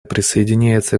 присоединяется